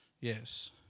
Yes